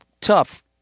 tough